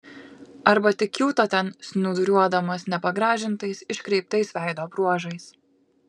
arba tik kiūto ten snūduriuodamas nepagražintais iškreiptais veido bruožais